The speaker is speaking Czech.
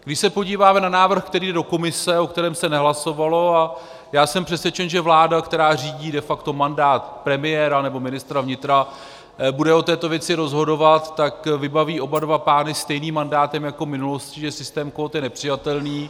Když se podíváme na návrh, který jde do Komise a o kterém se nehlasovalo, a já jsem přesvědčen, že vláda, která řídí de facto mandát premiéra nebo ministra vnitra, bude o této věci rozhodovat, tak vybaví oba pány stejným mandátem jako v minulosti, že systém kvót je nepřijatelný.